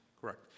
Correct